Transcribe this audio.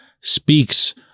speaks